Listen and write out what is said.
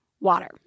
Water